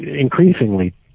increasingly